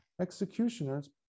Executioners